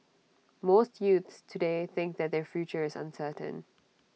most youths today think that their future is uncertain